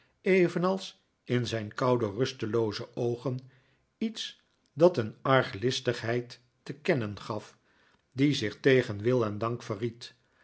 evenals in zijn koude rustelooze oogen iets dat een arglistigheid te kennen gaf die zich tegen wil en dank